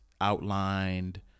outlined